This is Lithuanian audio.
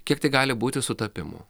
kiek tai gali būti sutapimų